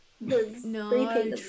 No